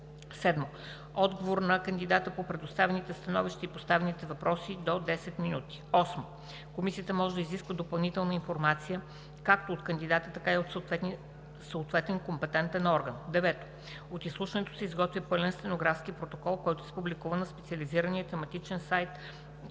7. Отговор на кандидата по представените становища и поставените въпроси – до 10 минути. 8. Комисията може да изисква допълнителна информация както от кандидата, така и от съответен компетентен орган. 9. От изслушването се изготвя пълен стенографски протокол, който се публикува на специализирания тематичен сайт на